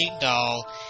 doll